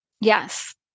Yes